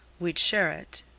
we'd share it,